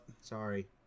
Sorry